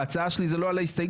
ההצעה שלי זה לא על הסתייגות,